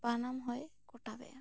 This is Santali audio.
ᱵᱟᱱᱟᱢ ᱦᱚᱸᱭ ᱠᱚᱴᱟᱵᱮᱜᱼᱟ